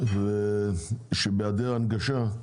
בהיעדר הנגשה,